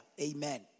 Amen